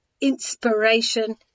inspiration